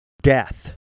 death